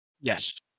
Yes